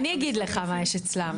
אני אגיד לך מה יש אצלם,